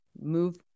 move